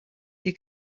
your